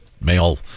male